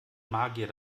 magier